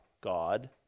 God